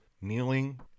kneeling